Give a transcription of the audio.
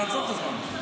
תעצור את הזמן.